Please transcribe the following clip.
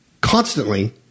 constantly